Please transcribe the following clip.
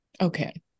Okay